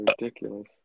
ridiculous